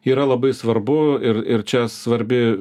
yra labai svarbu ir ir čia svarbi